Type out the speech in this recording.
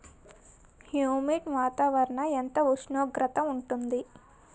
Humid వాతావరణం ఎంత ఉష్ణోగ్రత ఉంటుంది?